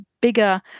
bigger